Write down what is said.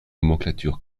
nomenclature